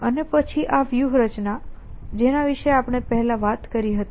અને પછી આ વ્યૂહરચના જેના વિશે આપણે પહેલા વાત કરી હતી